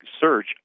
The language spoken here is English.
search